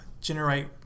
generate